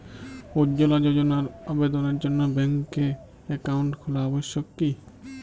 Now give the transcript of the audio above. উজ্জ্বলা যোজনার আবেদনের জন্য ব্যাঙ্কে অ্যাকাউন্ট খোলা আবশ্যক কি?